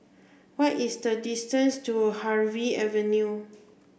what is the distance to Harvey Avenue